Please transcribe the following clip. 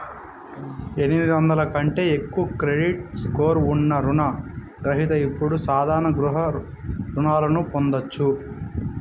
ఎనిమిది వందల కంటే ఎక్కువ క్రెడిట్ స్కోర్ ఉన్న రుణ గ్రహిత ఇప్పుడు సాధారణ గృహ రుణాలను పొందొచ్చు